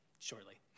shortly